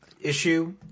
issue